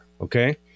okay